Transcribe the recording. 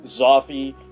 Zoffy